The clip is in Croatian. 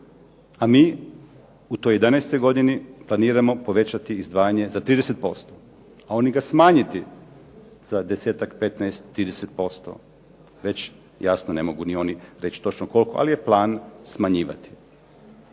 a mi u toj '11. godini planiramo povećati izdvajanje za 30%, a oni ga smanjiti za 10-ak, 15, 30%, već jasno ne mogu ni oni reći točno koliko, ali je plan smanjivati.